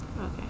Okay